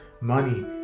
money